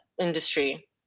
industry